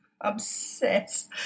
obsessed